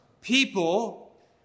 people